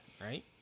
right